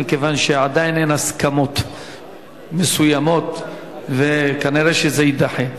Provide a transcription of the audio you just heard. כיוון שעדיין אין הסכמות מסוימות וכנראה שזה יידחה.